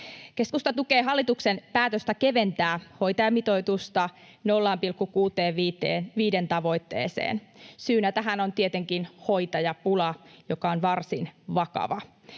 Keskusta tukee hallituksen päätöstä keventää hoitajamitoitusta 0,65:n tavoitteeseen. Syynä tähän on tietenkin hoitajapula, joka on varsin vakava.